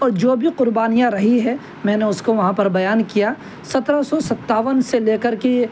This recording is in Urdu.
اور جو بھی قربانیاں رہی ہے میں نے اس کو وہاں پر بیان کیا سترہ سو ستاون سے لے کر کے